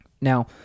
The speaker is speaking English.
now